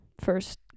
first